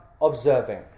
observing